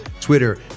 Twitter